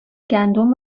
گندم